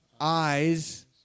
eyes